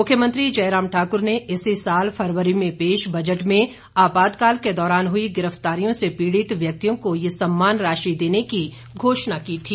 मुख्यमंत्री जयराम ठाकुर ने इसी साल फरवरी में पेश बजट में आपातकाल के दौरान हुई गिरफ्तारियों से पीड़ित व्यक्तियों को ये सम्मान राशि देने की घोषणा की थी